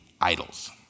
idols